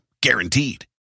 guaranteed